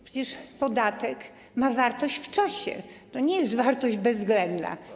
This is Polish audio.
Przecież podatek ma wartość w jakimś czasie, to nie jest wartość bezwzględna.